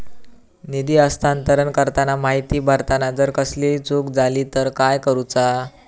निधी हस्तांतरण करताना माहिती भरताना जर कसलीय चूक जाली तर काय करूचा?